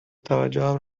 توجهم